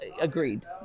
agreed